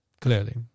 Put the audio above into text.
clearly